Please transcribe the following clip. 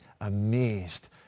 amazed